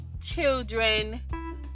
children